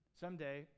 Someday